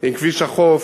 עם כביש החוף,